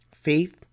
Faith